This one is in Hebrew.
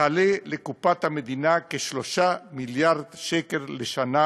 תעלה לקופת המדינה כ-3 מיליארד שקל לשנה